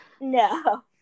no